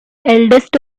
eldest